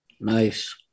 Nice